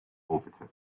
orbiter